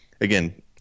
Again